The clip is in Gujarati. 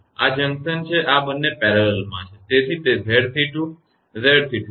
આ જંકશન છે અને આ બંને સમાંતરમાં છે તેથી તે 𝑍𝑐2 𝑍𝑐2 છે